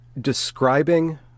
describing